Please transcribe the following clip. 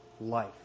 life